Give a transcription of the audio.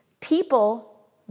people